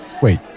Wait